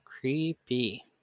Creepy